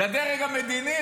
לדרג המדיני,